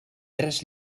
tres